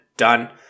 Done